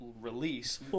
release